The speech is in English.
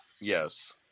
Yes